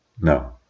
No